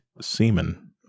semen